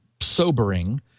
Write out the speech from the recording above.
sobering